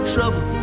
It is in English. Trouble